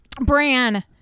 Bran